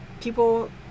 people